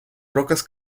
rocas